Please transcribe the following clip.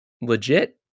legit